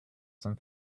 some